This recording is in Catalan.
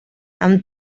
amb